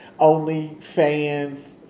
OnlyFans